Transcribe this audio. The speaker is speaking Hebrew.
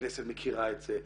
הכנסת מכירה את זה.